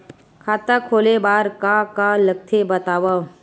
खाता खोले बार का का लगथे बतावव?